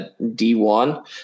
D1